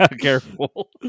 Careful